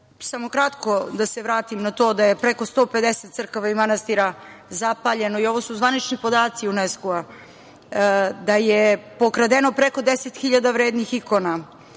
Samo kratko da se vratim na to da je preko 150 crkava i manastira zapaljeno. Ovo su zvanični podaci UNESCO-a, da je pokradeno preko 10.000 vrednih ikona,